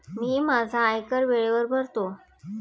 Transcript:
मी माझा आयकर वेळेवर भरतो